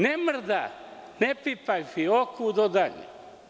Ne mrda, ne pipaj fioku do daljnjeg.